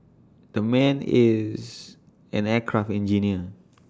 the man is an aircraft engineer